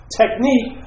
technique